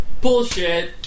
Bullshit